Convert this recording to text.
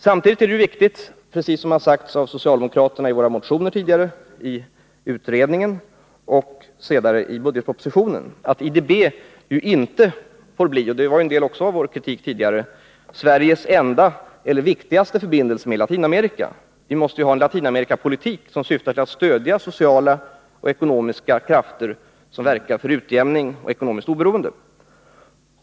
Samtidigt är det viktigt, precis som det har sagts av socialdemokraterna i våra motioner tidigare, i utredningen och senare i budgetpropositionen, att IDB inte får bli — detta var också en del av vår kritik förut — Sveriges enda eller viktigaste förbindelse med Latinamerika. Vi måste ha en Latinamerikapolitik som syftar till att stödja sociala och ekonomiska krafter, som verkar för utjämning och ekonomiskt oberoende.